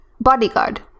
Bodyguard